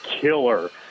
killer